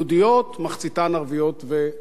מוסלמיות ונוצריות.